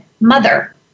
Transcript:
mother